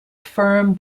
firm